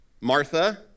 Martha